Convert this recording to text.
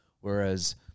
Whereas